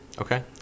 Okay